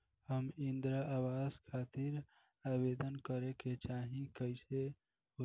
हम इंद्रा आवास खातिर आवेदन करे क चाहऽ तनि कइसे होई?